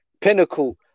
Pinnacle